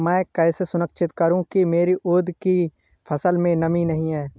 मैं कैसे सुनिश्चित करूँ की मेरी उड़द की फसल में नमी नहीं है?